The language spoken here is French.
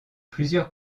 plusieurs